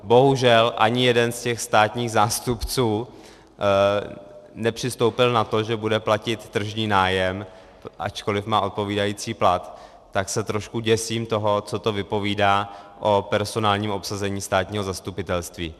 Bohužel ani jeden z těch státních zástupců nepřistoupil na to, že bude platit tržní nájem, ačkoliv má odpovídající plat, tak se trošku děsím toho, co to vypovídá o personálním obsazení státního zastupitelství.